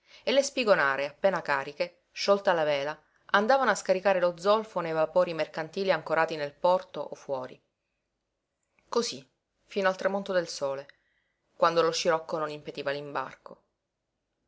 e le spigonare appena cariche sciolta la vela andavano a scaricare lo zolfo nei vapori mercantili ancorati nel porto o fuori cosí fino al tramonto del sole quando lo scirocco non impediva